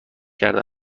کرده